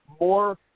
more